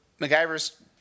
MacGyver's